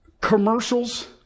commercials